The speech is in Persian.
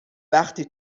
وقتی